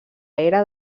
era